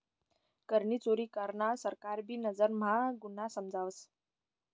करनी चोरी करान सरकार भी नजर म्हा गुन्हा समजावस